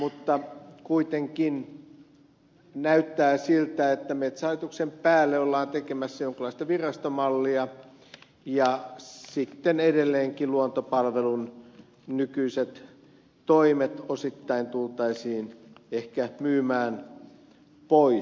mutta kuitenkin näyttää siltä että metsähallituksen päälle ollaan tekemässä jonkunlaista virastomallia ja sitten edelleenkin luontopalvelun nykyiset toimet osittain tultaisiin ehkä myymään pois